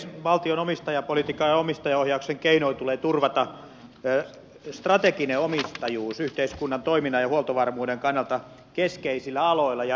valtion omistajapolitiikan ja omistajaohjauksen keinoin tulee turvata strateginen omistajuus yhteiskunnan toiminnan ja huoltovarmuuden kannalta keskeisillä aloilla ja infrassa